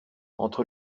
entre